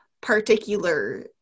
particular